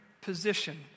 position